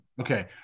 Okay